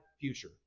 future